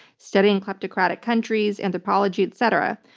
studying kleptocratic countries, anthropology, et cetera.